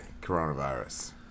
coronavirus